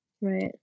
Right